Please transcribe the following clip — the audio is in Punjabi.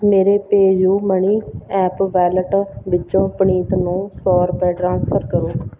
ਮੇਰੇ ਪੇਯੂਮਨੀ ਐਪ ਵਾਲੇਟ ਵਿੱਚੋ ਪ੍ਰਨੀਤ ਨੂੰ ਸੌ ਰੁਪਏ ਟ੍ਰਾਂਸਫਰ ਕਰੋ